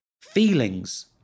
feelings